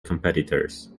competitors